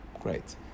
great